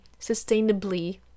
sustainably